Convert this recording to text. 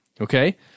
okay